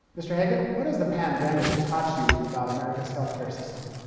mister haggit, what has the pandemic taught you about america's healthcare system?